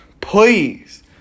please